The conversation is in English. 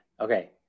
Okay